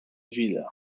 ville